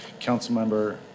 Councilmember